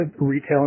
retail